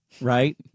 right